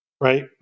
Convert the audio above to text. right